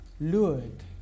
lured